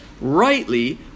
rightly